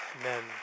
Amen